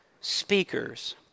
speakers